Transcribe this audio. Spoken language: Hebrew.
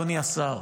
אדוני השר,